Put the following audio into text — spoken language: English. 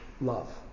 love